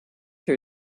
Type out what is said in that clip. her